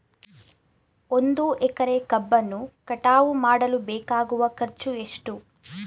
ಒಂದು ಎಕರೆ ಕಬ್ಬನ್ನು ಕಟಾವು ಮಾಡಲು ಬೇಕಾಗುವ ಖರ್ಚು ಎಷ್ಟು?